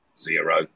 zero